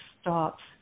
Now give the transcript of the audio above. stops